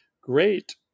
great